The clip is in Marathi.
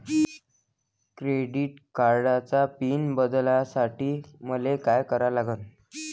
क्रेडिट कार्डाचा पिन बदलासाठी मले का करा लागन?